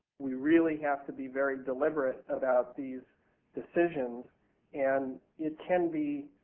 we really have to be very deliberate about these decisions and it can be